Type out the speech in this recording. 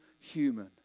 human